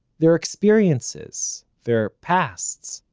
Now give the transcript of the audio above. their experiences, their pasts,